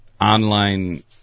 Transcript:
online